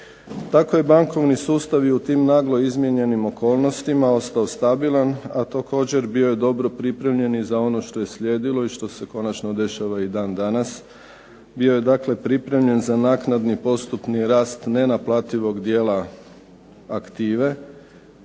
Tako je bankovni sustav u tim naglo izmijenjenim okolnostima ostao stabilan a također bio je dobro pripremljen i za ono što je slijedilo i što se konačno dešava i dan danas. Bio je dakle pripremljen za naknadni postupni rast nenaplativog dijela aktive